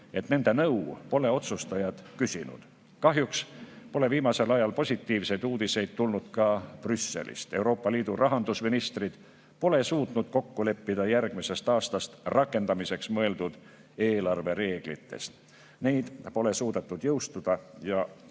et neilt pole otsustajad nõu küsinud. Kahjuks pole viimasel ajal positiivseid uudiseid tulnud ka Brüsselist. Euroopa Liidu rahandusministrid pole suutnud kokku leppida järgmisest aastast rakendamiseks mõeldud eelarvereeglites. Neid pole suudetud jõustada